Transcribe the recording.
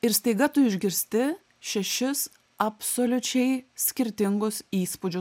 ir staiga tu išgirsti šešis absoliučiai skirtingus įspūdžius